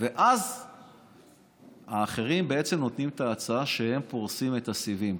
אז האחרים נותנים את ההצעה שהם פורסים את הסיבים.